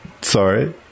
Sorry